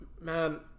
Man